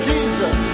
Jesus